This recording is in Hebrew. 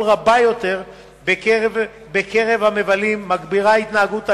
רבה יותר בקרב המבלים מגבירה את ההתנהגות האלימה.